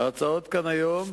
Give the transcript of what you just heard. ההצעות היום,